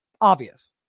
obvious